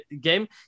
game